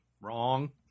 wrong